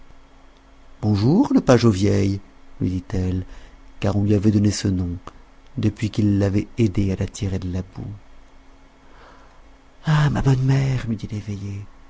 bonjour le page aux vieilles lui dit-elle car on lui avait donné ce nom depuis qu'il avait aidé à se tirer de la boue ah ma bonne mère lui dit